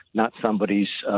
not somebody's, ah